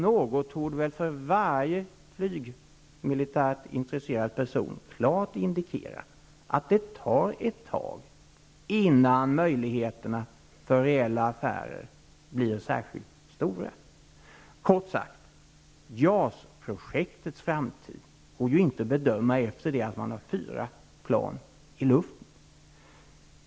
Detta torde för varje militärt flygintresserad person indikera att det tar ett tag innan möjligheter för reella affärer blir särskilt stora. Kort sagt: Det går inte att bedöma JAS-projektets framtid på grundval av att det finns fyra plan i luften.